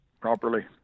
properly